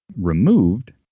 removed